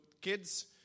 kids